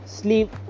sleep